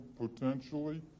potentially